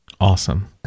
Awesome